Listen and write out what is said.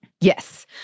Yes